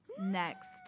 next